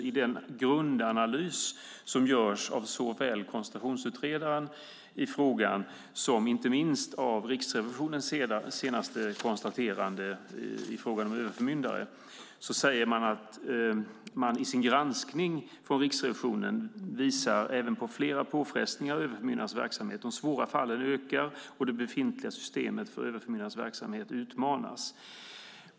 I den grundanalys som görs av såväl koncentrationsutredaren som Riksrevisionen i frågan om överförmyndare säger Riksrevisionen att deras granskning även visar på flera påfrestningar på överförmyndarnas verksamhet. De svåra fallen ökar, och det befintliga systemet för överförmyndarnas verksamhet utmanas.